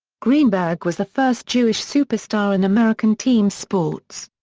greenberg was the first jewish superstar in american team sports.